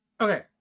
Okay